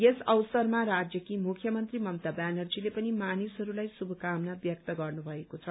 यस अवसरमा राज्यकी मुख्यमन्त्री ममता व्यानर्जीले पनि मानिसहरूलाई शुभकामना व्यक्त गर्नुभएको छ